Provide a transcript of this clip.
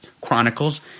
Chronicles